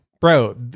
Bro